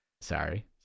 Sorry